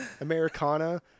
Americana